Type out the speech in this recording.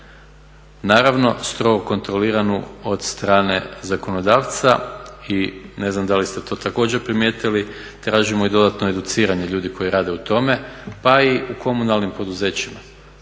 Naravno strogo kontroliranu od strane zakonodavca i ne znam da li ste to također primijetili tražimo i dodatno educirane ljude koji rade u tome pa i u komunalnim poduzećima.